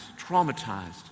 traumatized